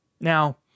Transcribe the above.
Now